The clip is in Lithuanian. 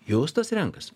justas renkasi